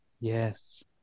Yes